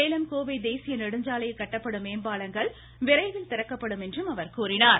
சேலம் கோவை தேசிய நெடுஞ்சாலையில் கட்டப்படும் மேம்பாலங்கள் விரைவில் திறக்கப்படும் என்றும் அவர் கூறினார்